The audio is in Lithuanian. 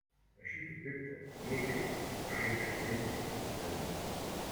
rašyti piktą neigiamą pašaipią recenziją lengva